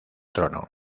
trono